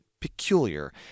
peculiar